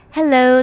Hello